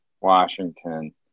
Washington